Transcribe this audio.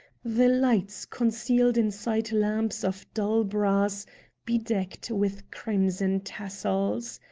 the lights concealed inside lamps of dull brass bedecked with crimson tassels.